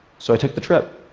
so i took the trip.